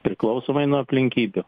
priklausomai nuo aplinkybių